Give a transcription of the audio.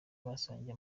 basangiye